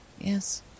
Yes